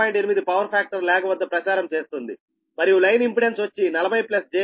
8 power factor lag వద్ద ప్రసారం చేస్తుంది మరియు లైన్ ఇంపెడెన్స్ వచ్చి 40 j 140Ω